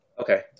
Okay